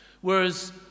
Whereas